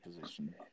position